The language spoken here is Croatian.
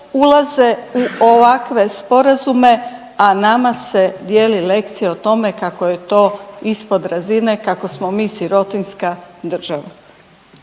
ulaze u ovakve sporazume, a nama se dijeli lekcija o tome kako je to ispod razine kako smo mi sirotinjska država.